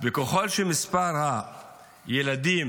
ככל שמספר הילדים